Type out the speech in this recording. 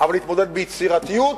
אבל להתמודד ביצירתיות,